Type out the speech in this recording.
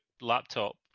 laptop